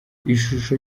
ishusho